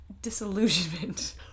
disillusionment